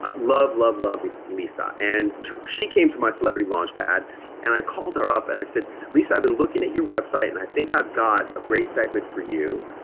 ah love, love, love but lisa. and she came to my celebrity launch pad and i called her up and i said, lisa, i've been looking at your website and i think i've got a great segment for you.